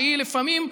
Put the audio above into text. וכשהיא לפעמים,